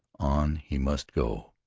on he must go.